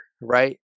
Right